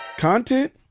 Content